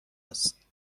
است